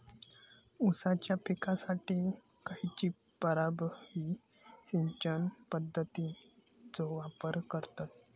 ऊसाच्या पिकासाठी खैयची प्रभावी सिंचन पद्धताचो वापर करतत?